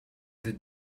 the